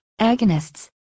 agonists